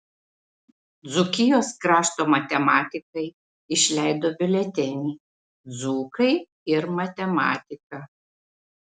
dzūkijos krašto matematikai išleido biuletenį dzūkai ir matematika